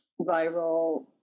viral